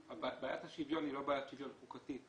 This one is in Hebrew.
בעיית השוויון היא לא בעיית שוויון חוקתית.